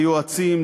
ליועצים,